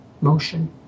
motion